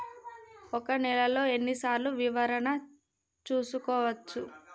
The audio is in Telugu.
ఒక నెలలో ఎన్ని సార్లు వివరణ చూసుకోవచ్చు?